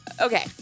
okay